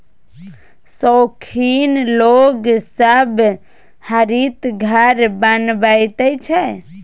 शौखीन लोग सब हरित घर बनबैत छै